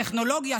טכנולוגיה,